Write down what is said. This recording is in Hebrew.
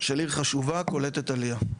של עיר חשובה קולטת עלייה.